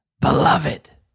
beloved